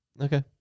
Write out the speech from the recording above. Okay